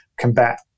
combat